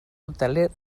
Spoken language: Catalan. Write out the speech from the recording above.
hoteler